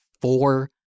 four